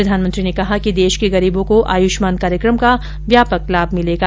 प्रधानमंत्री ने कहा कि देश के गरीबो को आयुष्मान कार्यक्रम का व्यापक लाभ मिलेगा